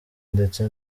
ndetse